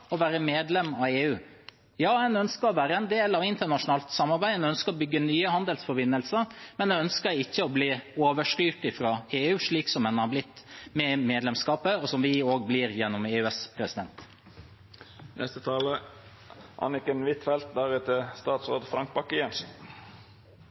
å være medlem av EU. Ja, de ønsker å være en del av internasjonalt samarbeid, de ønsker å bygge nye handelsforbindelser, men de ønsker ikke å bli overstyrt fra EU, slik som de har blitt med medlemskapet, og som vi også blir gjennom EØS.